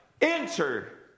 Enter